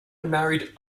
married